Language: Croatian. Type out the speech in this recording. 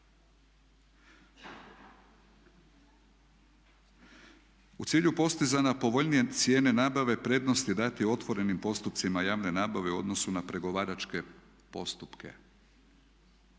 u cilju postizanja povoljnije cijene nabave prednost je dati otvorenim postupcima javne nabave u odnosu na pregovaračke postupke.